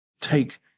Take